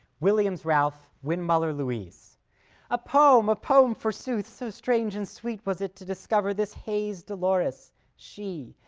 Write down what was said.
williams, ralph windmuller, louise a poem, a poem forsooth! so strange and sweet was it to discover this haze dolores she,